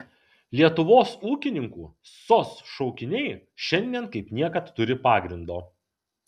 lietuvos ūkininkų sos šaukiniai šiandien kaip niekad turi pagrindo